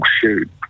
shoot